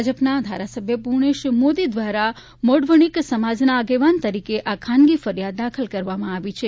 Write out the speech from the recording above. ભાજપના ધારાસભ્ય પુર્ણેશ મોદી દ્વારા મોઢવણીક સમાજના આગેવાન તરીકે આ ખાનગી ફરિયાદ દાખલ કરવામાં આવી છે